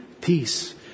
peace